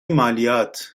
مالیات